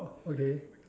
oh okay